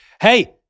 Hey